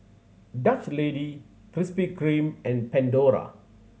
Dutch Lady Krispy Kreme and Pandora